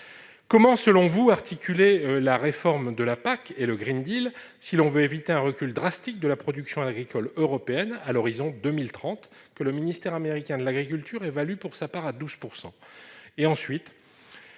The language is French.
Comment, selon vous, articuler la réforme de la PAC et le si l'on veut éviter un recul drastique de la production agricole européenne à l'horizon 2030, recul que le ministère américain de l'agriculture évalue pour sa part à 12 %?